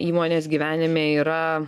įmonės gyvenime yra